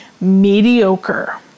mediocre